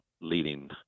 leading